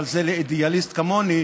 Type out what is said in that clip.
אבל זה לאידיאליסט כמוני,